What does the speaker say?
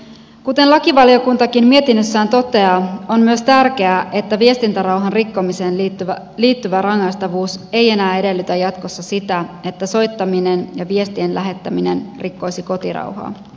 kuten lakivaliokuntakin mietinnössään toteaa on myös tärkeää että viestintärauhan rikkomiseen liittyvä rangaistavuus ei enää edellytä jatkossa sitä että soittaminen ja viestien lähettäminen rikkoisi kotirauhaa